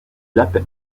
lapin